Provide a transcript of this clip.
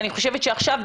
אני חושבת שעכשיו,